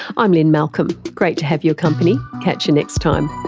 i'm lynne malcolm. great to have your company, catch you next time